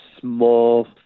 small